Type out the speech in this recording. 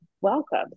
welcome